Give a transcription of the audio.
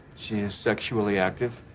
she is sexually active.